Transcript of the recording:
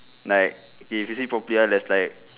like if you see properly ah there's like